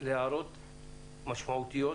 להערות משמעותיות,